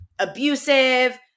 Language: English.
abusive